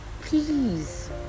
please